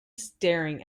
staring